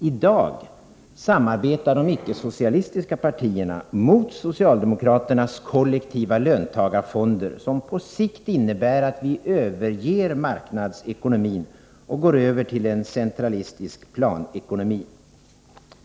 I dag samarbetar de icke-socialistiska partierna mot socialdemokraternas kollektiva löntagarfonder, som på sikt innebär att vi överger marknadsekonomin och går över till en centralistisk planekonomi.